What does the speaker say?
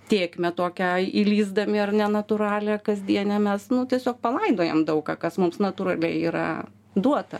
tėkmę tokią įlįsdami ar ne natūralią kasdienę mes nu tiesiog palaidojam daug ką kas mums natūraliai yra duota